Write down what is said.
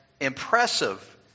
impressive